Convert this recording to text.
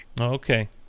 Okay